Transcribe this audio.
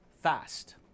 Fast